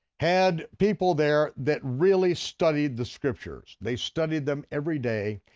had people there that really studied the scriptures. they studied them every day.